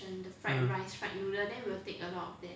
mm